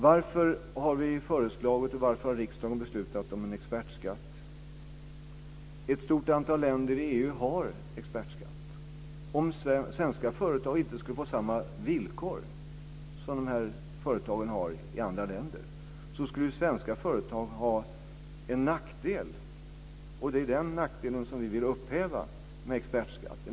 Varför har vi föreslagit och varför har riksdagen beslutat om en expertskatt? Ett stort antal länder i EU har en expertskatt. Om svenska företag inte skulle få samma villkor som dessa företag har i andra länder så skulle svenska företag ha en nackdel, och det är den nackdelen som vi vill upphäva med expertskatten.